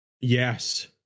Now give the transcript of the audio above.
Yes